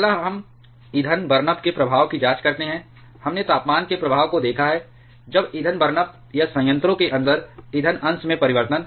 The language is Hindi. अगला हम ईंधन बर्नअप के प्रभाव की जांच करते हैं हमने तापमान के प्रभाव को देखा है अब ईंधन बर्नअप या संयंत्रों के अंदर ईंधन अंश में परिवर्तन